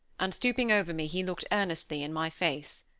and stooping over me he looked earnestly in my face.